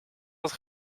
dat